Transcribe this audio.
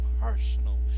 personal